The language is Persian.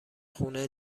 خونه